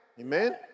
amen